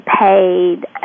paid